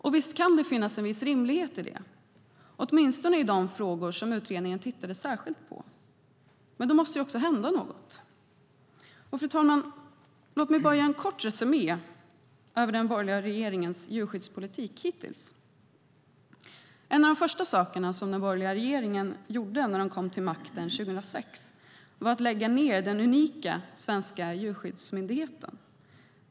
Och visst kan det finnas en viss rimlighet i det, åtminstone vad gäller de frågor som utredningen tittade särskilt på. Men då måste det också hända något. Fru talman! Låt mig göra en kort resumé över den borgerliga regeringens djurskyddspolitik hittills. En av de första saker som den borgerliga regeringen gjorde när den kom till makten 2006 var att lägga ned den unika svenska Djurskyddsmyndigheten.